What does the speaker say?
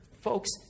folks